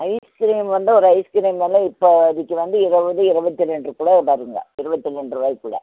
ice cream வந்து ஒரு ice cream வில இப்பதிக்கு வந்து இருபது இருபத்துரெண்டுக்குள்ள பாருங்கள் இருபத்து ரெண்டுருவாய்க்குள்ளே